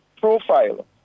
profile